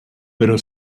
pero